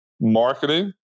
marketing